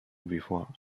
before